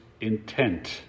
Intent